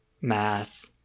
math